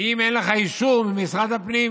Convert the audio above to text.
אם אין לך אישור ממשרד הפנים.